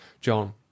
JOHN